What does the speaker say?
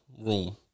room